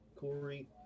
Corey